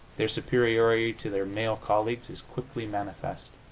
their superiority to their male colleagues is quickly manifest.